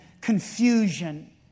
confusion